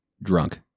Drunk